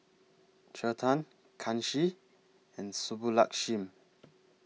Chetan Kanshi and Subbulakshmi